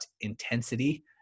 intensity